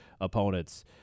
opponents